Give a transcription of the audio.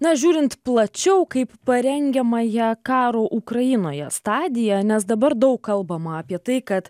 na žiūrint plačiau kaip parengiamąją karo ukrainoje stadiją nes dabar daug kalbama apie tai kad